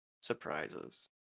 surprises